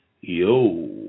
Yo